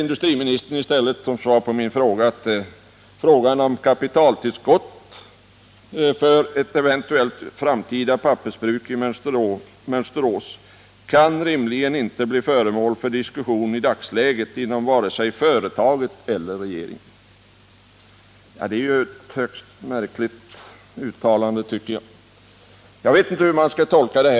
Industriministern säger i sitt svar: ”Frågan om ett kapitaltillskott för ett eventuellt framtida pappersbruk i Mönsterås kan rimligen inte bli föremål för diskussion i dagsläget inom vare sig företaget eller regeringen.” Det är ett högst märkligt uttalande. Jag vet inte hur man skall tolka det.